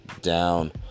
down